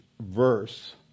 verse